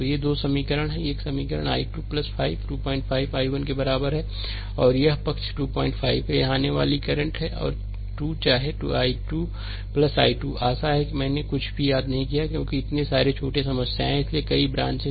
तो ये 2 समीकरण यह एक समीकरण है I 2 5 25 i 1 के बराबर है और यह पक्ष 25 है यह आने वाली करंट है और 2 चाहे i 2 i 2 आशा है कि मैंने कुछ भी याद नहीं किया है क्योंकि इतने सारे छोटी समस्याएं हैं इसलिए कई ब्रांच हैं